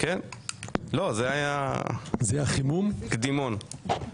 לא, זה היה קדימון.